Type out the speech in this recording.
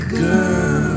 girl